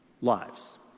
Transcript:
lives